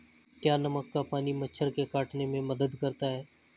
क्या नमक का पानी मच्छर के काटने में मदद करता है?